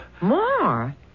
More